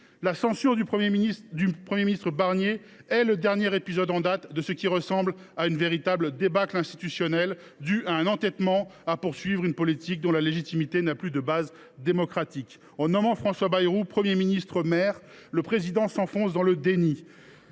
La censure du Premier ministre Barnier est le dernier épisode en date de ce qui ressemble à une véritable débâcle institutionnelle due à un entêtement à poursuivre une politique dont la légitimité n’a plus de base démocratique. En nommant François Bayrou Premier ministre maire, le Président de la République s’enfonce dans le déni.